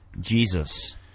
Jesus